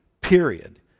period